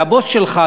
והבוס שלך,